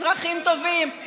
אזרחים טובים,